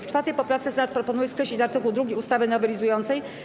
W 4. poprawce Senat proponuje skreślić art. 2 ustawy nowelizującej.